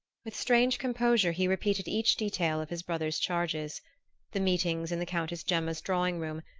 with strange composure he repeated each detail of his brother's charges the meetings in the countess gemma's drawing-room,